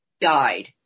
died